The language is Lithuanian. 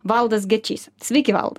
valdas gečys sveiki valdai